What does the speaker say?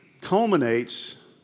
culminates